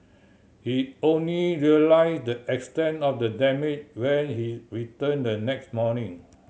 he only realised the extent of the damage when he returned the next morning